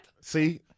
See